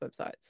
websites